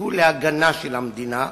יזכו להגנה של המדינה,